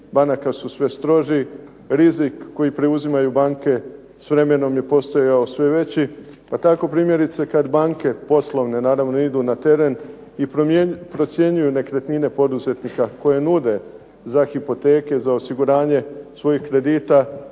banaka su sve stroži. Rizik koji preuzimaju banke s vremenom je postojao sve veći, pa tako primjerice kad banke poslovne naravno idu na teren i procjenjuju nekretnine poduzetnika koje nude za hipoteke, za osiguranje svojih kredita